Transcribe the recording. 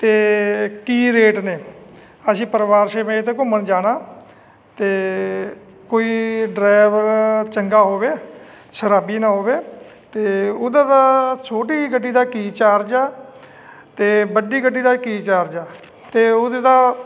ਅਤੇ ਕੀ ਰੇਟ ਨੇ ਅਸੀਂ ਪਰਿਵਾਰ ਸਮੇਤ ਘੁੰਮਣ ਜਾਣਾ ਅਤੇ ਕੋਈ ਡਰਾਈਵਰ ਚੰਗਾ ਹੋਵੇ ਸ਼ਰਾਬੀ ਨਾ ਹੋਵੇ ਅਤੇ ਉਹਦਾ ਦਾ ਛੋਟੀ ਗੱਡੀ ਦਾ ਕੀ ਚਾਰਜ ਆ ਅਤੇ ਵੱਡੀ ਗੱਡੀ ਦਾ ਕੀ ਚਾਰਜ ਆ ਅਤੇ ਉਹਦੇ ਦਾ